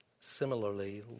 similarly